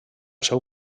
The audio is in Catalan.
seu